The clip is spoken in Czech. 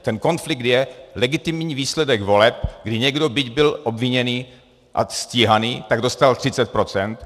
Ten konflikt je legitimní výsledek voleb, kdy někdo, byť byl obviněný a stíhaný, tak dostal 30 %.